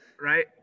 Right